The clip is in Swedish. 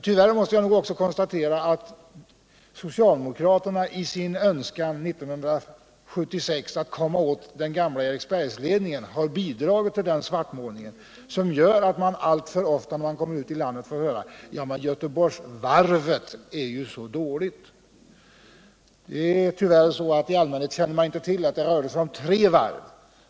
Tyvärr måste jag också konstatera att socialdemokraterna i sin önskan 1976 att komma åt den dåvarande Eriksbergsledningen har bidragit till den svartmålning som gör att man alltför ofta ute i landet tår höra att Göteborgsvarvet är dåligt. Det är tyvärr så att man i allmänhet inte känner till att det rör sig om tre varv.